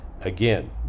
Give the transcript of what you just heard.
Again